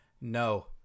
no